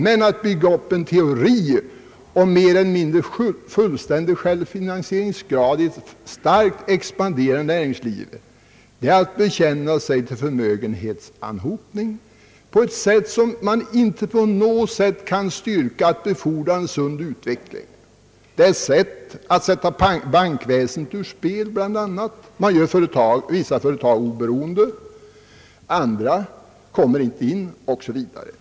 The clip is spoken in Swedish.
Men att bygga upp en teori om mer eller mindre fullständig självfinansieringsgrad i ett starkt expanderande näringsliv är att bekänna sig till förmögenhetsanhopning, inte till en sund utveckling. Det är också en metod att sätta bankväsendet ur spel. Man gör vissa företag oberoende, andra kommer inte in på marknaden, osv.